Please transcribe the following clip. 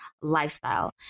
lifestyle